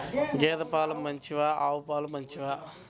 గేద పాలు మంచివా ఆవు పాలు మంచివా?